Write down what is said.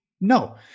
No